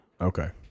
Okay